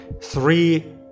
three